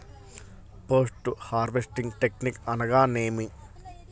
Post harvesting technique అనగా నేమి?